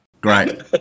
great